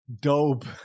Dope